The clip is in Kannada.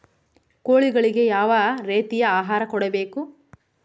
ಕೋಳಿಗಳಿಗೆ ಯಾವ ರೇತಿಯ ಆಹಾರ ಕೊಡಬೇಕು?